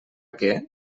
què